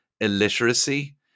illiteracy